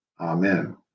Amen